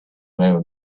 moon